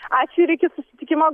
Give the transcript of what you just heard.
ačiū ir iki susitikimo